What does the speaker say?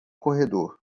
corredor